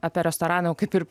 apie restoraną kaip ir